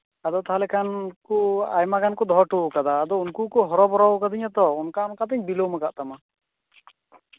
ᱟᱫᱚ ᱛᱟᱦᱚᱞᱮ ᱠᱷᱟᱱ ᱩᱱᱠᱩ ᱟᱭᱢᱟᱜᱟᱱ ᱠᱚ ᱫᱚᱦᱚ ᱦᱚᱴᱚ ᱠᱟᱫᱟ ᱟᱫᱚ ᱩᱱᱠᱩ ᱠᱚ ᱦᱚᱨᱚ ᱵᱚᱨᱚ ᱠᱟᱫᱤᱧᱟ ᱛᱚ ᱟᱫᱚ ᱚᱱᱠᱟ ᱚᱱᱠᱟ ᱞᱮᱠᱟᱛᱤᱧ ᱵᱤᱞᱚᱢ ᱠᱟᱜ ᱛᱟᱢᱟ